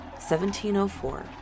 1704